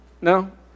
No